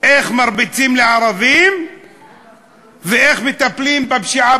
איך מרביצים לערבים ואיך מטפלים בפשיעה